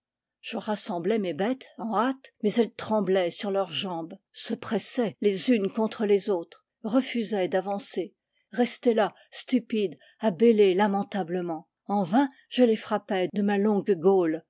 je rassemblai mes bêtes en hâte mais elles tremblaient sur leurs jambes l'eau se hérisse de milliers de millions de tètes se pressaient les unes contre les autres refusaient d'avan cer restaient là stupides à bêler lamentablement en vain je les frappai de ma longue gaule